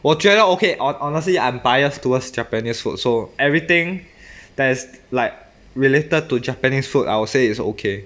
我觉得 okay honestly I'm biased towards japanese food so everything that's like related to japanese food I would say it's okay